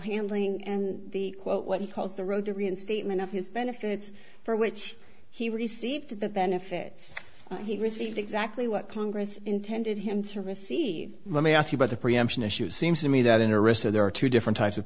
handling and the quote what he calls the road to reinstatement of his benefits for which he received the benefits he received exactly what congress intended him to receive let me ask you about the preemption issue seems to me that interest and there are two different types of